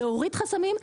להוריד חסמים,